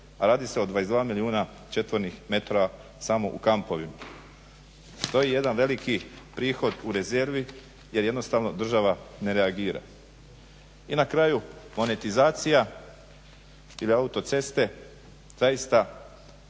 a radi se o 22 milijuna četvornih metara samo u kampovima. To je jedan veliki prihod u rezervi, jer jednostavno država ne reagira. I na kraju monetizacija i te autoceste, zaista